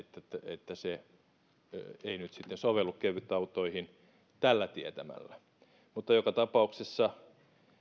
että se ei nyt sitten sovellu kevytautoihin tällä tietämällä joka tapauksessa